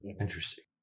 interesting